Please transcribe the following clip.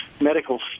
medical